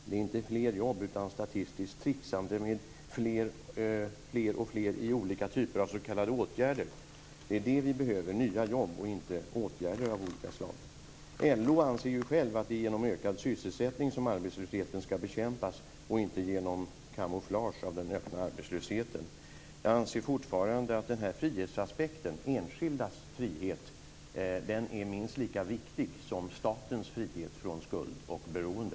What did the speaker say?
Det har inte blivit fler jobb utan ett statistiskt tricksande med fler och fler människor i olika typer av s.k. åtgärder. Det är nya jobb vi behöver och inte åtgärder av olika slag. LO anser ju också att det är genom ökad sysselsättning som arbetslösheten skall bekämpas och inte genom kamouflage av den öppna arbetslösheten. Jag anser fortfarande att den här frihetsaspekten, enskildas frihet, är minst lika viktig som statens frihet från skuld och beroende.